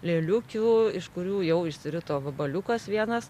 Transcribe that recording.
lėliukių iš kurių jau išsirito vabaliukas vienas